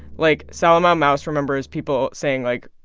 like, salamao mausse remembers people saying like,